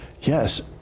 Yes